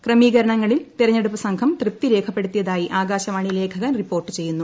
ക്രമീകരണങ്ങളിൽ തെരഞ്ഞെടുപ്പ് സംഘം തൃപ്തി രേഖപ്പെടുത്തിയതായി ആകാശവാണി ലേഖകൻ റിപ്പോർട്ട് ചെയ്യുന്നു